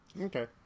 okay